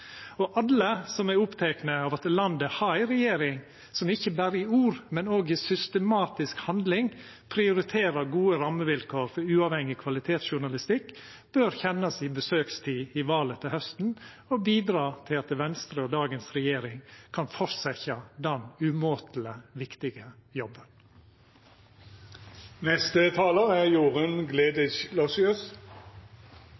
Alle som er opptekne av at landet har ei regjering som ikkje berre i ord, men òg i systematisk handling prioriterer gode rammevilkår for uavhengig kvalitetsjournalistikk, bør kjenna si besøkstid i valet til hausten og bidra til at Venstre og dagens regjering kan fortsetja den umåteleg viktige